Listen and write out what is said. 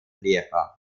lehrer